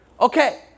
Okay